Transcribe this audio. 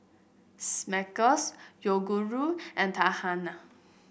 Smuckers Yoguru and Tahuna